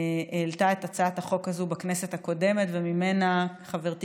שהעלתה את הצעת החוק הזאת בכנסת הקודמת וממנה חברתי